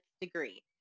degree